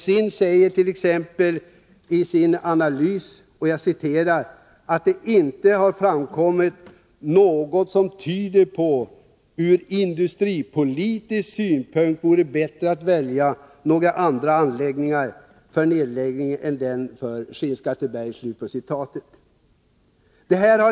SIND säger t.ex. i sin analys att det ”inte har framkommit något som tyder på att det ur industripolitisk synvinkel vore bättre att välja några andra anläggningar för nedläggning än den i Skinnskatteberg”.